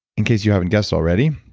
in case you haven't guessed already,